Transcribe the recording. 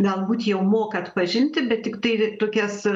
galbūt jau moka atpažinti bet tiktai tokias